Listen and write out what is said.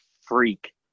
freak